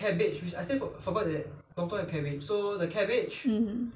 因为这个超级市场有的很多的所以不需要去巴刹